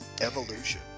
Evolution